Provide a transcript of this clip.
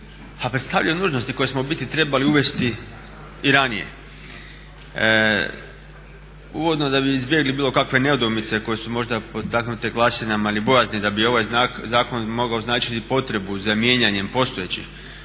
a predstavljaju nužnosti koje smo u biti trebali uvesti i ranije. Uvodno da bi izbjegli bilo kakve nedoumice koje su možda potaknute glasinama ili bojazni da bi ovaj zakon mogao značiti potrebu za mijenjanjem postojećih